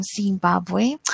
Zimbabwe